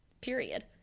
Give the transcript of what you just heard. Period